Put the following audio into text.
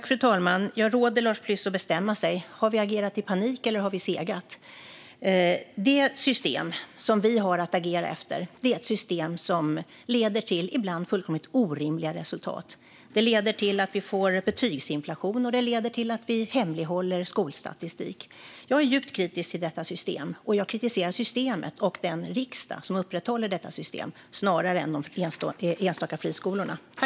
Fru talman! Jag råder Lars Püss att bestämma sig: Har vi agerat i panik eller har vi segat? Det system som vi har att agera efter är ett system som ibland leder till fullkomligt orimliga resultat. Det leder till att vi får betygsinflation, och det leder till att vi hemlighåller skolstatistik. Jag är djupt kritisk till detta system, och jag kritiserar systemet och den riksdag som upprätthåller detta system snarare än de enskilda friskolorna.